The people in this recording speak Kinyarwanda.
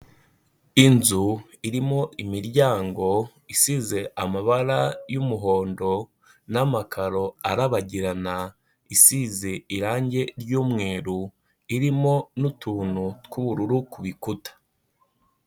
Inzu irimo imiryango isize amabara y'umuhondo n'amakaro arabagirana; isize irangi ry'umweru, irimo n'utuntu tw'ubururu ku bikuta.